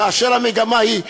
כאשר המגמה היא,